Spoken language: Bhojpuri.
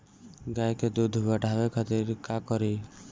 गाय के दूध बढ़ावे खातिर का करी?